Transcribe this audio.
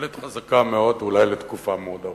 דלת חזקה מאוד, אולי לתקופה מאוד ארוכה.